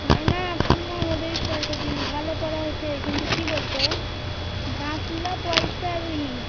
না না ফুল মোহম্মদের ষ্টার কোচিংয়ে ভালো পড়া হচ্ছে কিন্তু কী বলতো বাতলা পয়সার ই